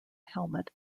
helmet